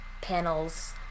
panels